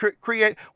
create